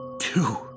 Two